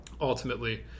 ultimately